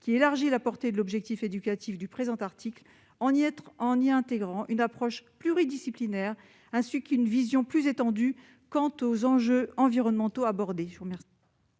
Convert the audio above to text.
à élargir la portée de l'objectif éducatif du présent article en y intégrant une approche pluridisciplinaire ainsi qu'une vision plus étendue des enjeux environnementaux abordés.